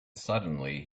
suddenly